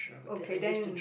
okay then we